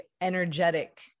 energetic